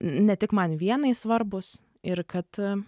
ne tik man vienai svarbūs ir kad